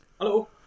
Hello